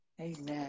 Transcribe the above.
Amen